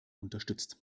unterstützt